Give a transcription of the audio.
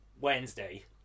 Wednesday